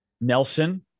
Nelson